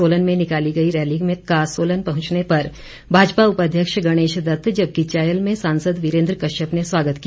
सोलन में निकाली गई रैली का र्सोलन पहंचने पर भाजपा उपाध्यक्ष गणेशदत्त जबकि चायल में सांसद वीरेन्द्र कश्यप ने स्वागत किया